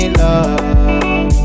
love